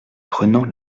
prenant